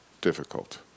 difficult